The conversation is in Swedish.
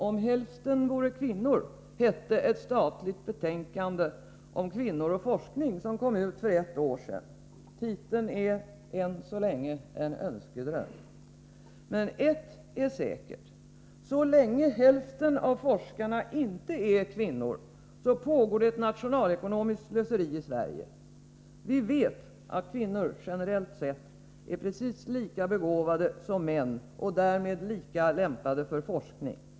För ett år sedan lades ett statligt betänkande fram med titeln Om hälften vore kvinnor. Det är dock ännu så länge bara en önskedröm. Men en sak är säker: så länge hälften av forskarna inte är kvinnor pågår det ett nationalekonomiskt slöseri i Sverige. Vi vet ju att kvinnor generellt sett är precis lika begåvade som män. Kvinnor är således lika lämpade för forskning som män.